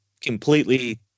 completely